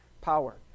power